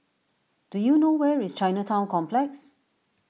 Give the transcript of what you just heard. do you know where is Chinatown Complex